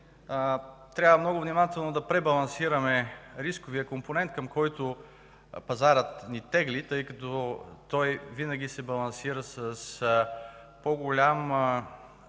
трябва много внимателно да пребалансираме рисковия компонент, към който пазарът ни тегли, тъй като той винаги се балансира с по-големи